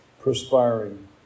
perspiring